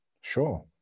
Sure